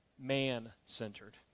man-centered